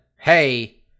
Hey